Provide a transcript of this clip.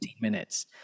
minutes